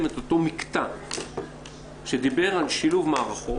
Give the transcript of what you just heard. את אותו מקטע שדיבר על שילוב מערכות,